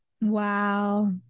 Wow